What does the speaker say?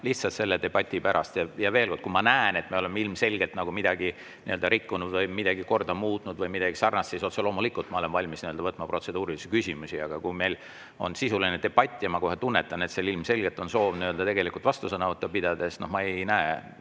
Lihtsalt selle debati pärast. Ja veel kord, kui ma näen, et me oleme ilmselgelt midagi rikkunud või korda muutnud või midagi sarnast, siis otse loomulikult ma olen valmis võtma protseduurilisi küsimusi. Aga kui meil on sisuline debatt ja ma kohe tunnetan, et on ilmselgelt soov tegelikult vastusõnavõttu pidada, siis ma ei saa